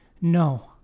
No